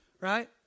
right